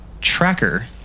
tracker